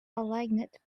aligned